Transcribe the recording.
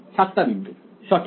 7 টা বিন্দু সঠিক